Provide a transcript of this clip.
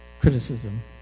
criticism